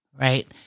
Right